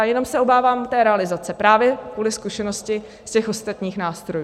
Jenom se obávám té realizace právě kvůli zkušenosti z těch ostatních nástrojů.